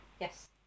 Yes